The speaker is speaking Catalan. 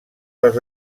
les